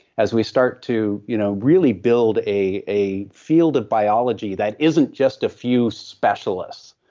as we start to you know really build a a field of biology that isn't just a few specialists,